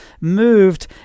moved